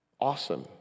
Awesome